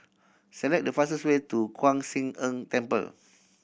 select the fastest way to Kwan Siang En Temple